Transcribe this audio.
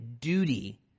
duty